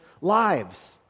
lives